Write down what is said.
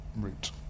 route